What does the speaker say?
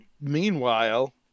Meanwhile